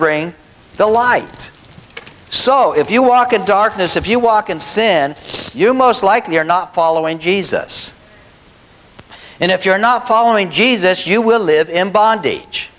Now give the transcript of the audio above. bring the light so if you walk in darkness if you walk in sin you most likely are not following jesus and if you're not following jesus you will live in bond